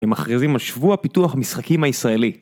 הם מכריזים על שבוע פיתוח משחקים הישראלי